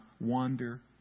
wander